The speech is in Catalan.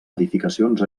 edificacions